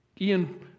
Ian